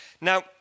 Now